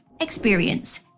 experience